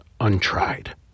untried